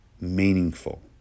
meaningful